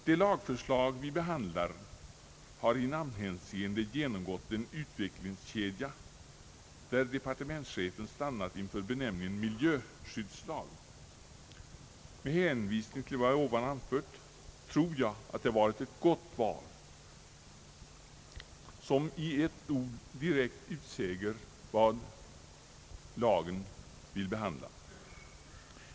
Det lagförslag vi behandlar har i namnhänseende genomgått en utvecklingskedja, där <:departementschefen stannat inför benämningen miljöskyddslag. Med hänvisning till vad jag nyss anfört vill jag säga att jag tror att det har varit ett gott val. Ordet säger direkt vad lagen vill behandla.